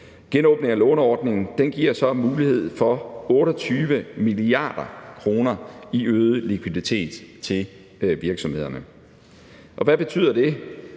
Genåbningen af låneordningen giver så mulighed for 28 mia. kr. i øget likviditet til virksomhederne. Hvad betyder det?